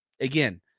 again